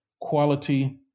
quality